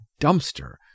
dumpster